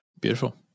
Beautiful